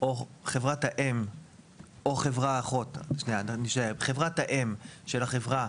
או חברה אחות, שנייה, חברת האם של החברה